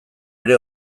ere